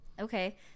okay